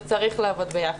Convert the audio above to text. וצריך לעבוד ביחד,